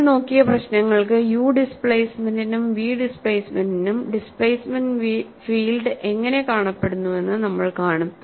നമ്മൾ നോക്കിയ പ്രശ്നങ്ങൾക്ക് യു ഡിസ്പ്ലേസ്മെന്റിനും വി ഡിസ്പ്ലേസ്മെന്റിനും ഡിസ്പ്ലേസ്മെന്റ് ഫീൽഡ് എങ്ങനെ കാണപ്പെടുന്നുവെന്ന് നമ്മൾ കാണും